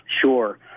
Sure